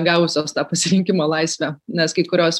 gavusios tą pasirinkimo laisvę nes kai kurios